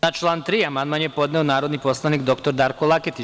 Na član 3. amandman je podneo narodni poslanik dr Darko Laketić.